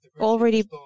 already